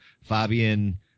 Fabian